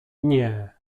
nie